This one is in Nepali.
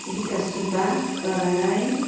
गीता सुब्बा प्रभा राई